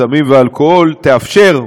בסמים ובאלכוהול תאפשר,